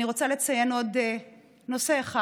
אני רוצה לציין עוד נושא אחד,